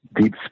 deep